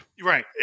right